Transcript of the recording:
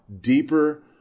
deeper